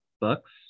books